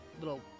little